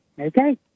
Okay